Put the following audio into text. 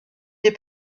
des